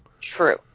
True